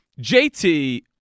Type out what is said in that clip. JT